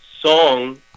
song